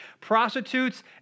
Prostitutes